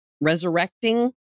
resurrecting